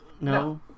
No